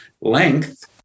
length